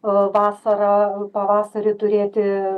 a vasarą pavasarį turėti